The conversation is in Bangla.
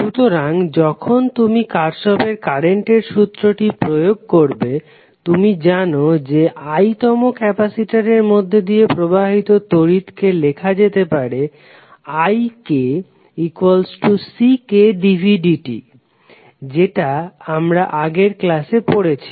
সুতরাং যখন তুমি কার্শফের কারেন্টের সূত্রটি প্রয়োগ করবে তুমি জানো যে i তম ক্যাপাসিটরের মধ্যে দিয়ে প্রবাহিত তড়িৎ কে লেখা যেতে পারে ikCkdvdt এটা যেটা আমরা আগের ক্লাসে পড়েছি